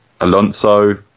Alonso